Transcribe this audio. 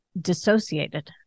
dissociated